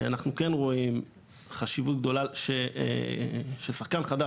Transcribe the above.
אנחנו כן רואים חשיבות גדולה ששחקן חדש